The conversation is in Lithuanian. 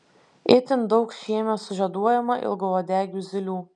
itin daug šiemet sužieduojama ilgauodegių zylių